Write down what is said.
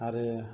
आरो